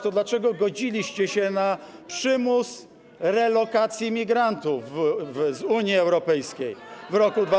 To dlaczego godziliście się na przymus relokacji migrantów z Unii Europejskiej w roku 2015–2016?